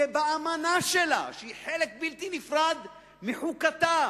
שבאמנה שלה, שהיא חלק בלתי נפרד מחוקתה,